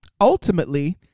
Ultimately